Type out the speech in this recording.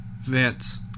Vince